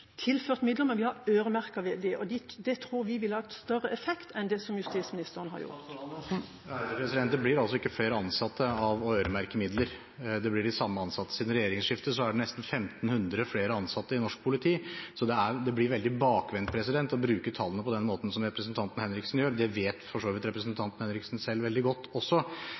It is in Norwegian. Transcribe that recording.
tilført midler, men vi har øremerket dem, og det tror vi ville hatt større effekt enn det som justisministeren har gjort. Det blir ikke flere ansatte av å øremerke midler, det blir de samme ansatte. Siden regjeringsskiftet er det nesten 1 500 flere ansatte i norsk politi, så det blir veldig bakvendt å bruke tallene på den måten som representanten Henriksen gjør. Det vet for så vidt representanten Henriksen selv veldig godt også.